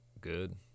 good